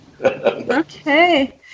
Okay